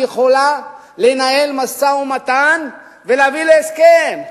יכולה לנהל משא-ומתן ולהביא להסכם.